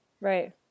right